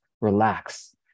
relax